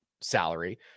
salary